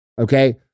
okay